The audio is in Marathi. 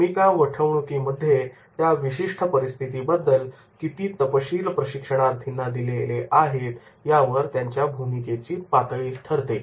भूमिका वठवणुकीमध्ये त्या विशिष्ट परिस्थितीबद्दल किती तपशील प्रशिक्षणार्थींना दिलेले आहे त्यावर त्यांच्या भूमिकेची पातळी ठरते